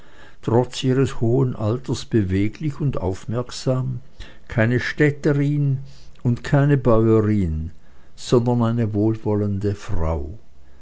trotz ihres hohen alters beweglich und aufmerksam keine städterin und keine bäuerin sondern eine wohlwollende frau